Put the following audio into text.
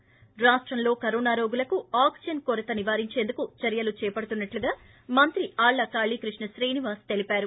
ి రాష్తంలో కరోనా రోగులకు అక్పిజన్ కొరత నివారించేందుకు చర్యలు చేపడుతున్నట్లుగా మంత్రి ఆళ్ళ కాళీ క్రిప్ణ శ్రీనివాస్ తెలిపారు